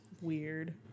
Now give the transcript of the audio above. Weird